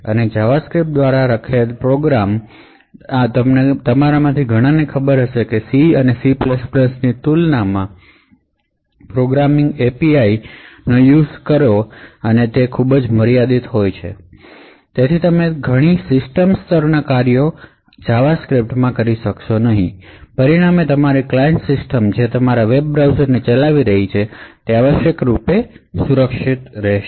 અને જાવાસ્ક્રિપ્ટ દ્વારા પ્રોગ્રામ કરેલા તમારામાંના ઘણાને ખબર હશે કે Cઅને C ની તુલનામાં પ્રોગ્રામની પ્રોગ્રામિંગ API એ ઘણી મર્યાદિત છે અને તમે ઘણા સિસ્ટમ સ્તરના કાર્ય કરી શકશો નહીં અને પરિણામે તમારી ક્લાયન્ટ સિસ્ટમ જે તમારા વેબ બ્રાઉઝરને ચલાવી રહી છે તે સુરક્ષિત છે